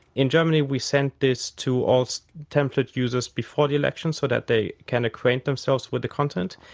in germany we sent this to all template users before the election, so that they can acquaint themselves with the content.